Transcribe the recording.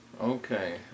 Okay